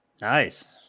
Nice